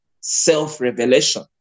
Self-revelation